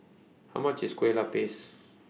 How much IS Kueh Lapis